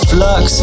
Flux